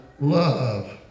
love